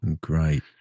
Great